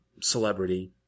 celebrity